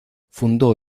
fundó